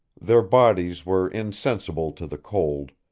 their bodies were insensible to the cold,